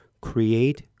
create